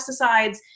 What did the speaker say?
pesticides